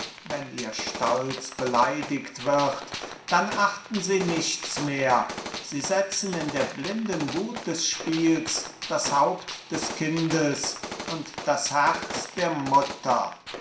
wenn ihr stolz beleidigt wird dann achten sie nichts mehr sie setzen in der blinden wut des spiels das haupt des kindes und das herz der mutter